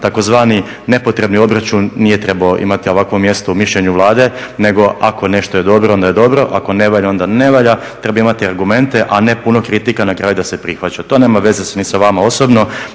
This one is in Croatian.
taj "tzv. nepotrebni obračun" nije trebao imati ovakvo mjesto u mišljenju Vlade, nego ako nešto je dobro onda je dobro, ako ne valja onda ne valja, treba imati argumente a ne puno kritika na kraju da se prihvaća. To nema veza ni sa vama osobno